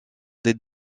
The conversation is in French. des